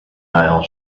aisle